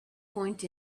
point